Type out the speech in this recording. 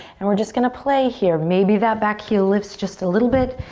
and we're just gonna play here. maybe that back heel lifts just a little bit.